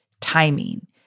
timing